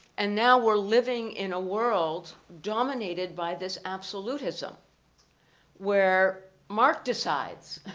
and now we're living in a world dominated by this absolutism where mark decides